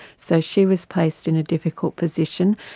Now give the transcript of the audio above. so she was placed in a difficult position.